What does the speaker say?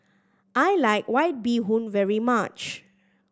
I like White Bee Hoon very much